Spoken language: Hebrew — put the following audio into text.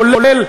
כולל,